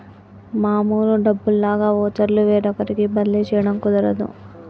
మామూలు డబ్బుల్లాగా వోచర్లు వేరొకరికి బదిలీ చేయడం కుదరదు